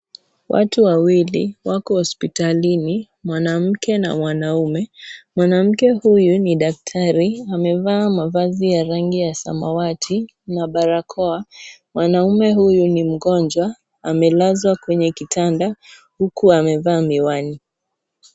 Watu wawili wako hospitalini mwanamke na mwanaume , mwanamke huyu ni daktari amevaa mavazi ya rangi ya samawati na barakoa . Mwanaume huyu ni mgonjwa amelazwa kwenye kitanda huku amevaa miwani.